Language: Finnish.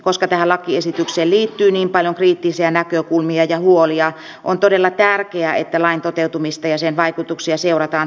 koska tähän lakiesitykseen liittyy niin paljon kriittisiä näkökulmia ja huolia on todella tärkeää että lain toteutumista ja sen vaikutuksia seurataan tarkasti